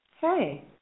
hey